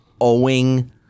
owing